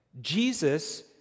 Jesus